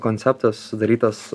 konceptas sudarytas